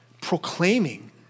proclaiming